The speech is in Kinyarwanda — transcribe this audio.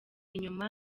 inyuma